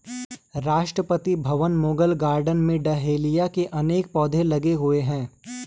राष्ट्रपति भवन के मुगल गार्डन में डहेलिया के अनेक पौधे लगे हुए हैं